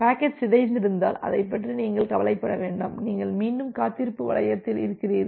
packet சிதைந்திருந்தால் அதைப் பற்றி நீங்கள் கவலைப்பட வேண்டாம் நீங்கள் மீண்டும் காத்திருப்பு வளையத்தில் இருக்கிறீர்கள்